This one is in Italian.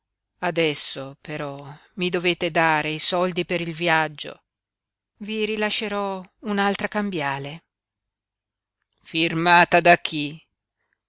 adesso però mi dovete dare i soldi per il viaggio i rilascerò un'altra cambiale firmata da chi